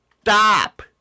stop